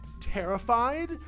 terrified